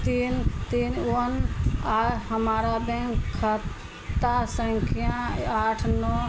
तीन तीन वन आ हमारा बैंक खाता संख्या आठ नओ